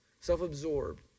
self-absorbed